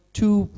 two